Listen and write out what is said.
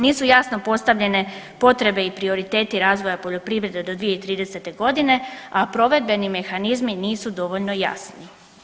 Nisu jasno postavljene potrebe i prioriteti razvoja poljoprivrede do 2030.g., a provedbeni mehanizmi nisu dovoljno jasni.